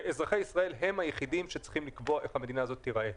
אזרחי ישראל הם היחידי שצריכים לקבוע איך המדינה הזאת תיראה.